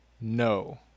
no